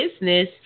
business